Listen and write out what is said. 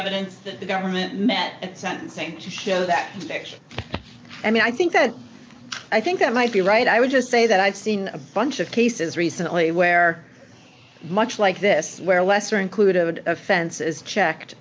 evidence that the government met at sentencing to show that picture i mean i think that i think that might be right i would just say that i've seen a bunch of cases recently where much like this where a lesser included offense